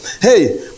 Hey